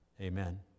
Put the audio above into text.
Amen